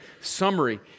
summary